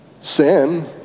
sin